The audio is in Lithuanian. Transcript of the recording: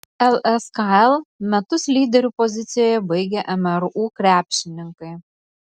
lskl metus lyderių pozicijoje baigė mru krepšininkai